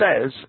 says